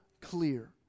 clear